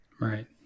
Right